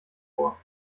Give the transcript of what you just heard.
vor